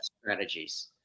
strategies